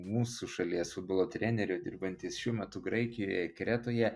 mūsų šalies futbolo trenerių dirbantis šiuo metu graikijoje kretoje